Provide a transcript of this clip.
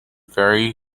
very